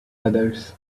others